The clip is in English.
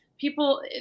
People